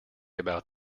about